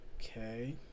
Okay